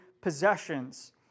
possessions